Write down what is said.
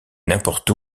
n’importe